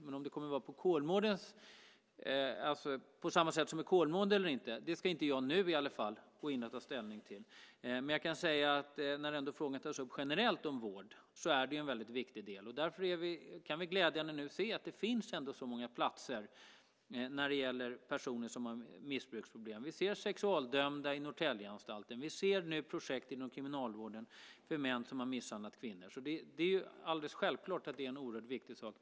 Men om det kommer att ske på samma sätt som på anstalten Kolmården eller inte ska jag åtminstone inte nu ta ställning till. Frågan om vård tas upp generellt, och det är ju en väldigt viktig del. Därför är det glädjande att vi nu kan se att det finns så många platser när det gäller personer som har missbruksproblem. Vi ser att personer som är dömda för sexualbrott finns på Norrtäljeanstalten, och vi ser projekt inom kriminalvården för män som har misshandlat kvinnor. Det är alldeles självklart att det är något oerhört viktigt.